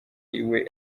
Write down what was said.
iwe